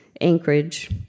Anchorage